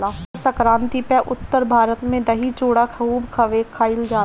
मकरसंक्रांति पअ उत्तर भारत में दही चूड़ा खूबे खईल जाला